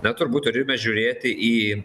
na turbūt turime žiūrėti į